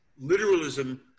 literalism